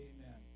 Amen